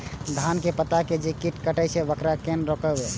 धान के पत्ता के जे कीट कटे छे वकरा केना रोकबे?